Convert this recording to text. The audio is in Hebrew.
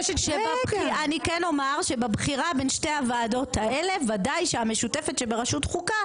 אני כן אומר שבבחירה בין שתי הוועדות האלה ודאי שהמשותפת שבראשות חוקה,